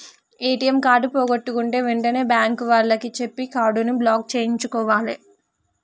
ATM card పోగొట్టుకుంటే వెంటనే bank వాళ్లకి చెప్పి కార్డుని బ్లాక్ చేయించుకోవాలే